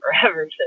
forever